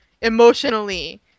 emotionally